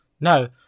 No